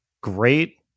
great